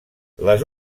les